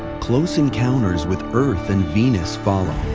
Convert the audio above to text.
close encounters with earth and venus follow.